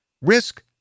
Risk